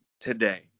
today